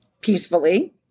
peacefully